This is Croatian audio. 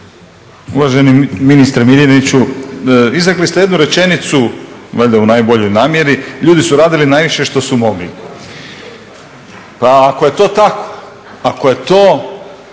Uvaženi ministre Miljeniću, izrekli ste jednu rečenicu, valjda u najboljoj namjeri, ljudi su radili najviše što su mogli. Pa ako je to tako, ako je to